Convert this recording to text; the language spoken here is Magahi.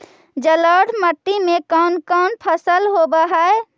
जलोढ़ मट्टी में कोन कोन फसल होब है?